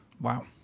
Wow